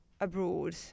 abroad